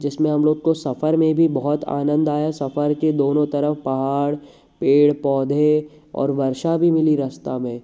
जिसमें हम लोग को सफर में भी बहुत आनंद आया सफर के दोनों तरफ पहाड़ पेड़ पौधे और वर्षा भी मिली रास्ते में